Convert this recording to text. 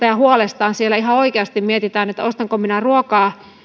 ja huolestaan siellä ihan oikeasti mietitään että ostanko minä ruokaa